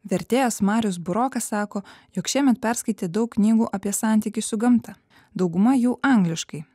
vertėjas marius burokas sako jog šiemet perskaitė daug knygų apie santykį su gamta dauguma jų angliškai